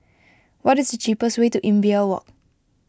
what is the cheapest way to Imbiah Walk